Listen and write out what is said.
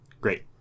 Great